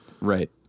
Right